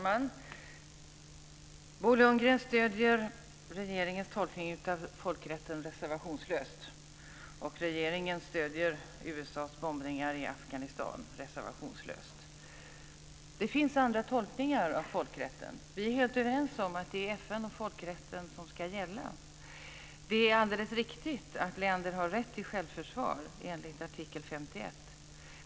Herr talman! Bo Lundgren stöder regeringens tolkning av folkrätten reservationslöst, och regeringen stöder USA:s bombningar i Afghanistan reservationslöst. Det finns andra tolkningar av folkrätten. Vi är helt överens om att det är FN och folkrätten som ska gälla. Det är alldeles riktigt att länder har rätt till självförsvar enligt artikel 51.